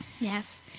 Yes